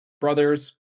brothers